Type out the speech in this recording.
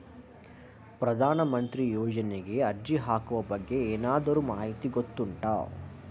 ಪ್ರಧಾನ ಮಂತ್ರಿ ಯೋಜನೆಗೆ ಅರ್ಜಿ ಹಾಕುವ ಬಗ್ಗೆ ಏನಾದರೂ ಮಾಹಿತಿ ಗೊತ್ತುಂಟ?